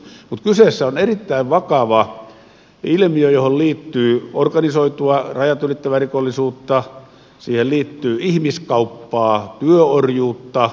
mutta kyseessä on erittäin vakava ilmiö johon liittyy organisoitua rajat ylittävää rikollisuutta siihen liittyy ihmiskauppaa työorjuutta